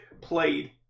played